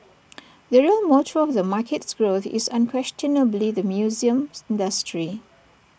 the real motor of the market's growth is unquestionably the museum industry